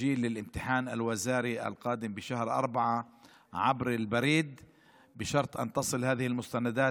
רישום לבחינה הקרובה של המשרד בחודש אפריל באמצעות הדואר,